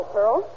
Pearl